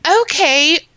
okay